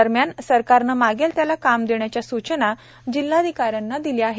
दरम्यान सरकारनं मागेल त्याला काम देण्याच्या सूचना जिल्हाधिकाऱ्यांना दिल्या आहेत